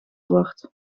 wordt